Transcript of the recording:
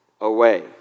away